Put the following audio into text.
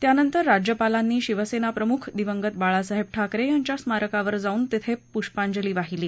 त्यानंतर राज्यपालांनी शिवसेना प्रमुख दिवंगत बाळासाहेब ठाकरे यांच्या स्मारकावर जाऊन तेथे पूष्पाजंली वाहिली